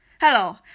Hello